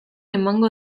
emango